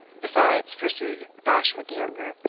besides, pursued bashwood, the younger,